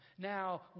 Now